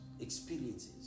experiences